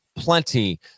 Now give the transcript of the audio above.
Plenty